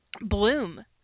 bloom